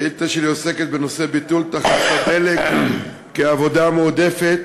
השאילתה שלי עוסקת בנושא ביטול עבודה בתחנות הדלק כעבודה מועדפת,